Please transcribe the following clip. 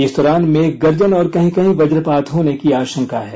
इस दौरान मेघ गर्जन और कहीं कहीं वजपात होने की आशंका है